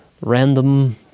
random